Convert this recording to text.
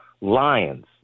Lions